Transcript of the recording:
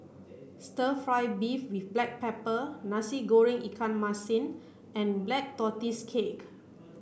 stir fry beef with black pepper Nasi Goreng Ikan Masin and black tortoise cake